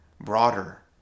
broader